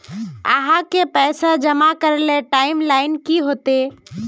आहाँ के पैसा जमा करे ले टाइम लाइन की होते?